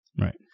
Right